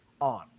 on